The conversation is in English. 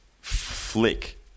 flick